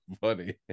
funny